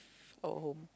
home